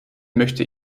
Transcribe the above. möchte